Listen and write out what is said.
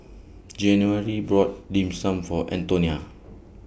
January brought Dim Sum For Antonia